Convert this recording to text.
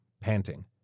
panting